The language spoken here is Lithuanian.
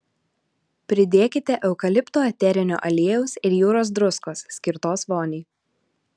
pridėkite eukalipto eterinio aliejaus ir jūros druskos skirtos voniai